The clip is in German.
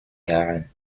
jahren